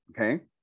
okay